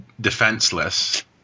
defenseless